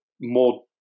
more